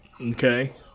Okay